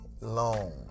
long